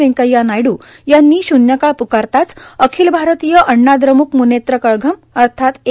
व्यंकय्या नायडू यांनी शून्यकाळ प्कारताच अखिल भारतीय अण्णा द्रम्क मुनेत्र कळघम अर्थात ए